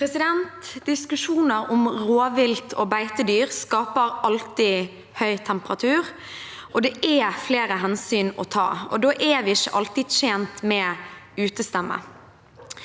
Diskusjoner om rov- vilt og beitedyr skaper alltid høy temperatur, og det er flere hensyn å ta. Da er vi ikke alltid tjent med utestemme.